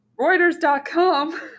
reuters.com